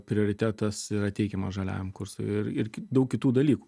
prioritetas yra teikiamas žaliajam kursui ir ir daug kitų dalykų